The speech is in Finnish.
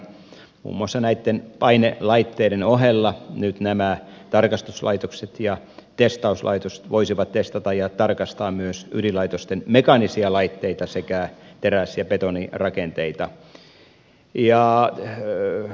muun muassa näitten painelaitteiden ohella nyt nämä tarkastuslaitokset ja testauslaitokset voisivat testata ja tarkastaa myös ydinlaitosten mekaanisia laitteita sekä teräs ja betonirakenteita